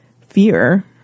fear